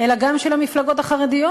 אלא גם של המפלגות החרדיות.